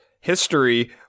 history